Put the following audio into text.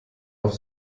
auf